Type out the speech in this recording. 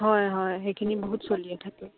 হয় হয় সেইখিনি বহুত চলিয়ে থাকে